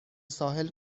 ساحل